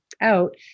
out